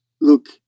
look